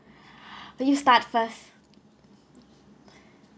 but you start first